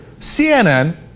cnn